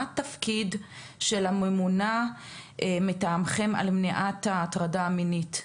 התפקיד של הממונה מטעמכם על מניעת ההטרדה המינית,